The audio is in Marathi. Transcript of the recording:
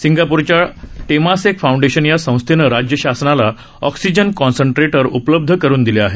सिंगापूरच्या टेमासेक फाऊंडेशन या संस्थेनं राज्य शासनाला ऑक्सिजन कॉन्स्ट्रेंटर उपलब्ध करून दिले आहेत